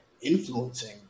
influencing